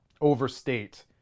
overstate